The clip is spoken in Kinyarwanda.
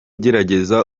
gerageza